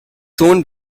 soon